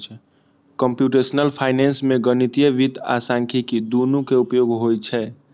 computational finance मे गणितीय वित्त आ सांख्यिकी, दुनू के उपयोग होइ छै